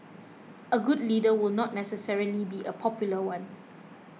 a good leader will not necessarily be a popular one